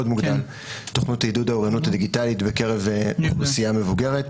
מוגדל תוכנית לעידוד האוריינות הדיגיטלית בקרב האוכלוסייה המבוגרת.